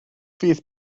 fydd